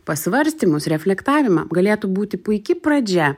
pasvarstymus reflektavimą galėtų būti puiki pradžia